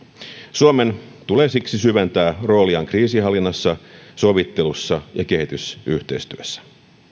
suomen tulee siksi syventää rooliaan kriisinhallinnassa sovittelussa ja kehitysyhteistyössä